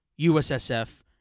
USSF